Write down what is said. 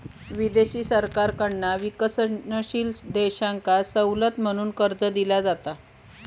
विदेशी सरकारकडना विकसनशील देशांका सवलत म्हणून कर्ज दिला जाता